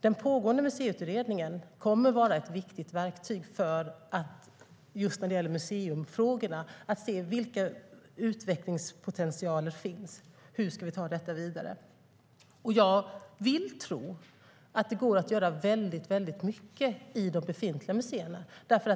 Den pågående Museiutredningen kommer att vara ett viktigt verktyg just när det gäller museifrågorna för att se vilken utvecklingspotential som finns och hur vi ska ta detta vidare. Jag vill tro att det går att göra väldigt mycket i de befintliga museerna.